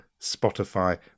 Spotify